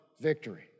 victory